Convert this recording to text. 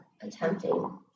attempting